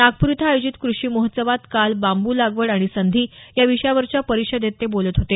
नागपूर इथं आयोजित कृषी महोत्सवात काल बांबू लागवड आणि संधी या विषयावरच्या परिषदेत ते बोलत होते